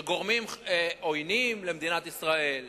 שגורמים עוינים למדינת ישראל,